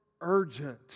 urgent